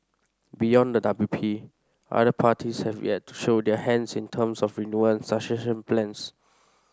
beyond the W P other parties have yet to show their hands in terms of renewal and succession plans